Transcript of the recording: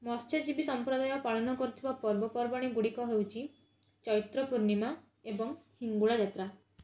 ମତ୍ସ୍ୟଜୀବୀ ସମ୍ପ୍ରଦାୟ ପାଳନ କରୁଥିବା ପର୍ବପର୍ବାଣୀ ଗୁଡ଼ିକ ହେଉଛି ଚୈତ୍ର ପୂର୍ଣ୍ଣିମା ଏବଂ ହିଙ୍ଗୁଳା ଯାତ୍ରା